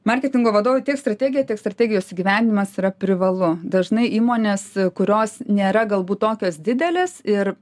marketingo vadovui tiek strategiją tiek strategijos įgyvendinimas yra privalu dažnai įmonės kurios nėra galbūt tokios didelės ir